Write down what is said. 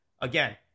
again